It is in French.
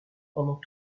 pendant